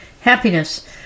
Happiness